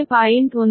1p